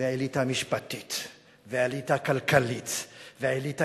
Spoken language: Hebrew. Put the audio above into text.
והאליטה המשפטית והאליטה הכלכלית והאליטה